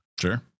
Sure